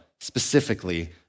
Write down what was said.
specifically